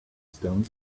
stones